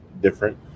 different